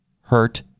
hurt